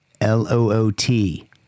L-O-O-T